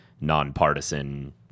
nonpartisan